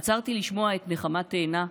עצרתי לשמוע את נחמה תאנה,